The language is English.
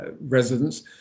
residents